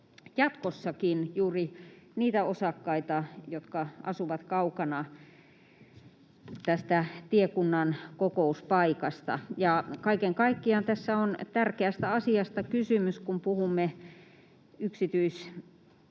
jatkossakin juuri niitä osakkaita, jotka asuvat kaukana tästä tiekunnan kokouspaikasta. Kaiken kaikkiaan tässä on tärkeästä asiasta kysymys, kun puhumme yksityisteistä